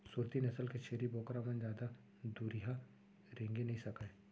सूरती नसल के छेरी बोकरा मन जादा दुरिहा रेंगे नइ सकय